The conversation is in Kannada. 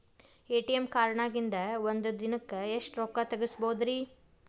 ಎ.ಟಿ.ಎಂ ಕಾರ್ಡ್ನ್ಯಾಗಿನ್ದ್ ಒಂದ್ ದಿನಕ್ಕ್ ಎಷ್ಟ ರೊಕ್ಕಾ ತೆಗಸ್ಬೋದ್ರಿ?